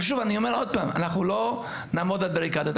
אני אומר עוד פעם, אנחנו לא נעמוד על בריקדות.